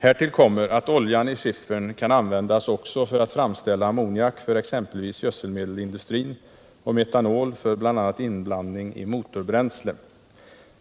Härtill kommer att oljan i skiffern kan användas också för att framställa ammoniak för exempelvis gödselmedelindustrin och metanol för bl.a. inblandning i motorbränsle.